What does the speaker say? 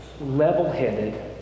level-headed